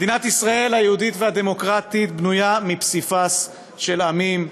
מדינת ישראל היהודית והדמוקרטית בנויה מפסיפס של עמים,